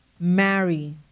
marry